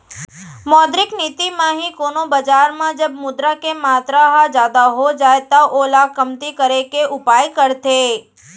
मौद्रिक नीति म ही कोनो बजार म जब मुद्रा के मातर ह जादा हो जाय त ओला कमती करे के उपाय करथे